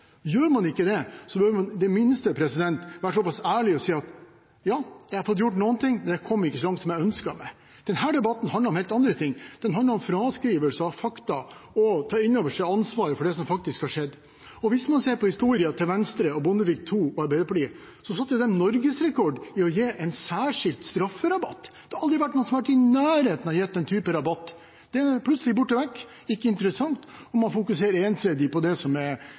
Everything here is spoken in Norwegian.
Gjør man ikke det, bør man i det minste være såpass ærlig og si at en har fått gjort noe, men kom ikke så langt som ønsket. Denne debatten handler om helt andre ting; den handler om fraskrivelse av fakta og det å ta inn over seg ansvaret for det som faktisk har skjedd. Hvis man ser på historien til Venstre, til Bondevik II og til Arbeiderpartiet, satte de norgesrekord i å gi en særskilt strafferabatt. Det har aldri vært noen som har vært i nærheten av å gi den type rabatt. Den er plutselig borte vekk, ikke interessant, og man fokuserer ensidig på det som er